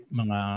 mga